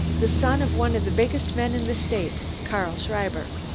the son of one of the biggest men in the state, karl schreiber.